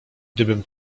gdybym